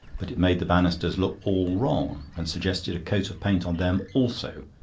but it made the banisters look all wrong, and suggested a coat of paint on them also,